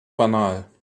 banal